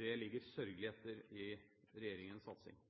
Der ligger regjeringen sørgelig etter i sin satsing.